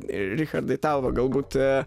richardai tau va galbūt